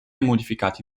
modificati